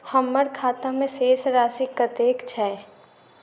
हम्मर खाता मे शेष राशि कतेक छैय?